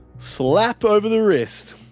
slap over the wrist!